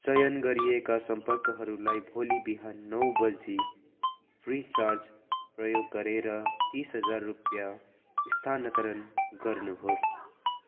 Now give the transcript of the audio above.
चयन गरिएका सम्पर्कहरूलाई भोलि बिहान नौ बजे फ्रिचार्ज प्रयोग गरेर तिस हजार रुपियाँ स्थानान्तरण गर्नुहोस्